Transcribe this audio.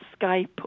Skype